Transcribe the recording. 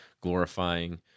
glorifying